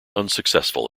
unsuccessful